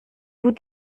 vous